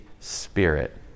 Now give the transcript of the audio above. Spirit